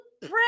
pray